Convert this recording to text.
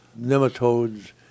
nematodes